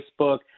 Facebook